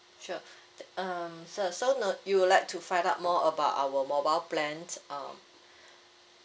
sure um sir so note you would like to find out more about our mobile plans um